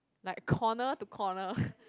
like corner to corner